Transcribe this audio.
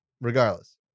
regardless